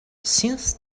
since